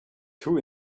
two